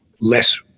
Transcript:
less